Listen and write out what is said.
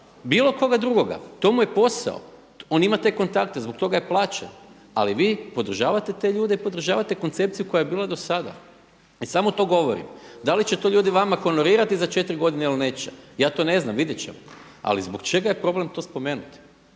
bilo koga drugoga. To mu je posao. On ima te kontakte, zbog toga je plaćen. Ali vi podržavate te ljude i podržavate koncepciju koja je bila do sada. I samo to govorim. Da li će to ljudi vama honorirati za četiri godine ili neće, ja to ne znam, vidjet ćemo. Ali zbog čega je problem to spomenuti?